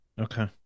okay